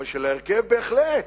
אבל של ההרכב בהחלט,